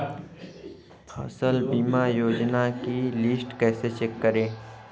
फसल बीमा योजना की लिस्ट कैसे चेक करें?